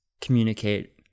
communicate